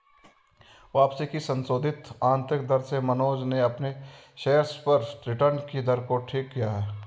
वापसी की संशोधित आंतरिक दर से मनोज ने अपने शेयर्स पर रिटर्न कि दर को ठीक किया है